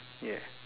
ya